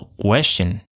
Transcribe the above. question